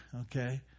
Okay